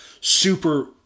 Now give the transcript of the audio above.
super